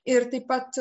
ir taip pat